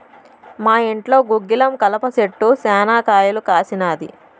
మా ఇంట్లో గుగ్గిలం కలప చెట్టు శనా కాయలు కాసినాది